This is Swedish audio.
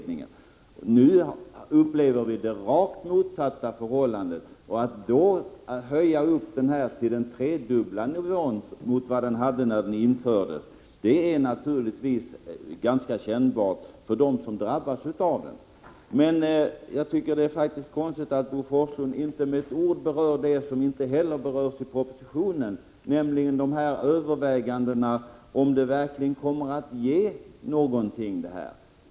Nu upplever vi rakt motsatt förhållande, och det är naturligtvis ganska kännbart för dem som drabbas om vi nu höjer skatten till den tredubbla i förhållande till storleken då den infördes. Det är faktiskt konstigt att Bo Forslund inte med ett ord berör det som heller inte berörs i propositionen, nämligen överväganden av huruvida den här skatten verkligen ger någonting.